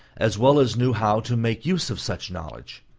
as well as knew how to make use of such knowledge.